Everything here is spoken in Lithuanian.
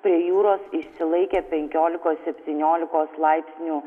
prie jūros išsilaikė penkiolikos septyniolikos laipsnių